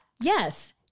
Yes